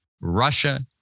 Russia